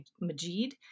Majid